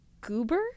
Goober